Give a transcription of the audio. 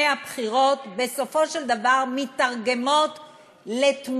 כל התרומות שניתנות לפני הבחירות בסופו של דבר מיתרגמות לתמורות.